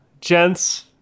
gents